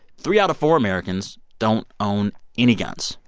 three out of four americans don't own any guns.